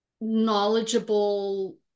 knowledgeable